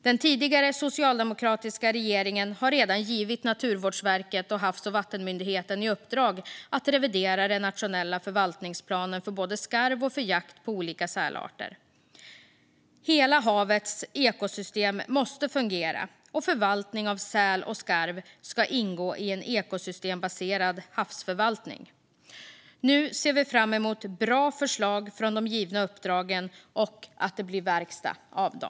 Den tidigare socialdemokratiska regeringen har redan givit Naturvårdsverket och Havs och vattenmyndigheten i uppdrag att revidera den nationella förvaltningsplanen både för skarv och för jakt på olika sälarter. Hela havets ekosystem måste fungera, och förvaltning av säl och skarv ska ingå i en ekosystembaserad havsförvaltning. Nu ser vi fram emot bra förslag från de givna uppdragen och att det blir verkstad av dem.